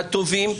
הטובים,